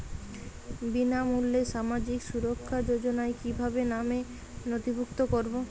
বিনামূল্যে সামাজিক সুরক্ষা যোজনায় কিভাবে নামে নথিভুক্ত করবো?